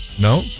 No